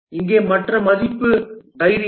இங்கே மற்ற மதிப்பு தைரியம்